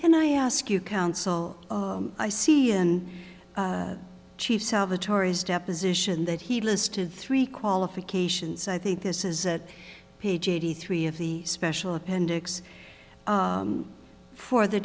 can i ask you counsel i see in chief salvatore's deposition that he listed three qualifications i think this is a page eighty three of the special appendix for the